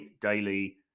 daily